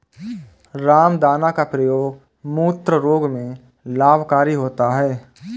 रामदाना का प्रयोग मूत्र रोग में लाभकारी होता है